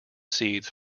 seeds